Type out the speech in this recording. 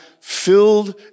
filled